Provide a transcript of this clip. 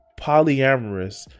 polyamorous